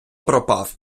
пропав